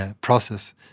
process